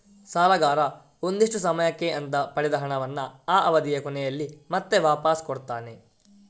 ಸಾಲಗಾರ ಒಂದಿಷ್ಟು ಸಮಯಕ್ಕೆ ಅಂತ ಪಡೆದ ಹಣವನ್ನ ಆ ಅವಧಿಯ ಕೊನೆಯಲ್ಲಿ ಮತ್ತೆ ವಾಪಾಸ್ ಕೊಡ್ತಾನೆ